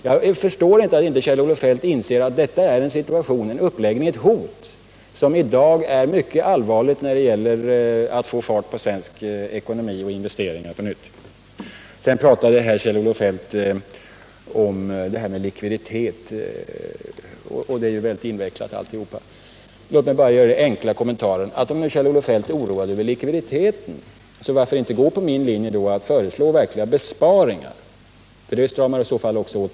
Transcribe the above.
Jag förstår inte att Kjell Olof Feldt inte inser att detta är ett hot som i dag är mycket allvarligt när det gäller att få fart på svensk ekonomi och få till stånd investeringar på nytt. Sedan talade Kjell-Olof Feldt om detta med likviditet, och det är ju väldigt invecklat alltihop. Låt mig bara göra den enkla kommentaren: Om Kjell-Olof Feldt är oroad över likviditeten, varför då inte gå på min linje att föreslå verkliga besparingar? Det stramar i så fall också åt.